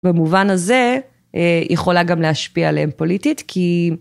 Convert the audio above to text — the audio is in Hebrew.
במובן הזה יכולה גם להשפיע עליהם פוליטית, כי...